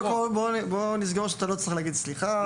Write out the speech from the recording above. קודם כול, בוא נסגור שאתה לא צריך להגיד "סליחה".